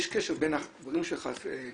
יש קשר בין הדברים שלך,